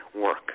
work